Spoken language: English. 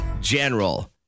general